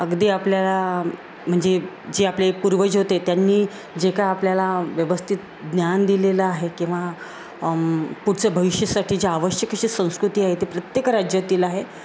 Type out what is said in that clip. अगदी आपल्याला म्हणजे जे आपले पूर्वज होते त्यांनी जे का आपल्याला व्यवस्थित ज्ञान दिलेलं आहे किंवा पुढचं भविष्यासाठी जे आवश्यक अशी संस्कृती आहे ती प्रत्येक राज्यातील आहे